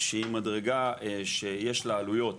שהיא מדרגה שיש לה עלויות